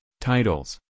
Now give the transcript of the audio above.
titles